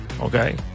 Okay